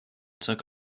took